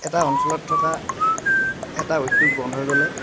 এটা অঞ্চলত থকা এটা উদ্যোগ বন্ধ হৈ গ'লে